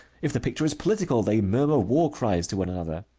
if the picture is political, they murmur war-cries to one another.